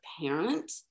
parent